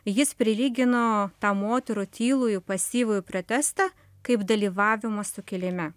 jis prilygino tą moterų tylųjį pasyvųjį protestą kaip dalyvavimą sukilime